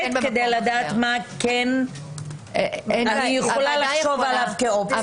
כדי לדעת על מה אני יכולה לחשוב כאופציה.